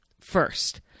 First